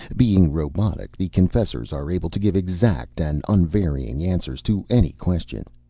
being robotic, the confessors are able to give exact and unvarying answers to any question.